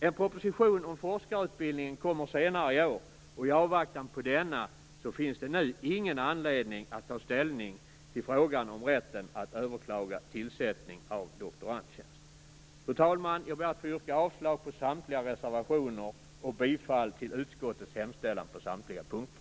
En proposition om forskarutbildningen kommer senare i år, och i avvaktan på denna finns det nu ingen anledning att ta ställning till frågan om rätten att överklaga tillsättning av doktorandtjänst. Fru talman! Jag ber att få yrka avslag på samtliga reservationer och bifall till utskottets hemställan på samtliga punkter.